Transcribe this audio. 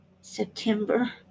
september